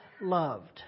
loved